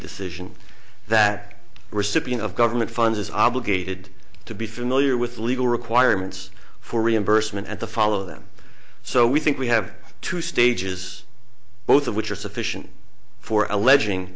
decision that the recipient of government funds is obligated to be familiar with legal requirements for reimbursement and to follow them so we think we have two stages both of which are sufficient for